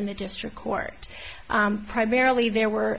in the district court primarily there were